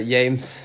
James